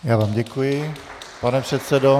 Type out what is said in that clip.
Já vám děkuji, pane předsedo.